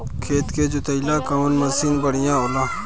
खेत के जोतईला कवन मसीन बढ़ियां होला?